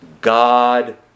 God